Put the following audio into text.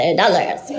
dollars